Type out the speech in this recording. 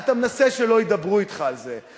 אתה מנסה שלא ידברו אתך על זה,